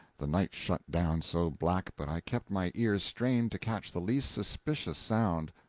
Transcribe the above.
the night shut down so black, but i kept my ears strained to catch the least suspicious sound,